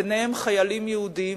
ביניהם חיילים יהודים,